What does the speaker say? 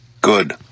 Good